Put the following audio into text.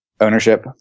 ownership